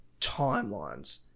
timelines